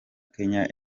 kenya